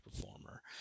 performer